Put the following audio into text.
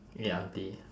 eh auntie